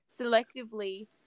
selectively